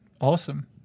awesome